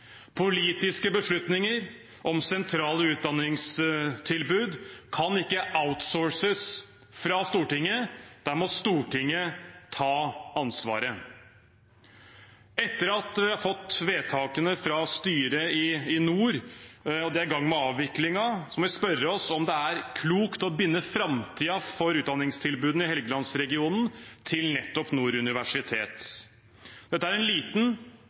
Politiske beslutninger om sentrale utdanningstilbud kan ikke outsources fra Stortinget – der må Stortinget ta ansvaret. Etter at vi har fått vedtakene fra styret i Nord universitet og de er i gang med avviklingen, må vi spørre oss om det er klokt å binde framtiden for utdanningstilbudene i Helgelands-regionen til nettopp Nord universitet. Dette er en liten,